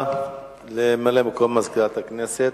תודה רבה לממלא-מקום מזכירת הכנסת.